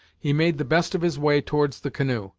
he made the best of his way towards the canoe.